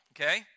Okay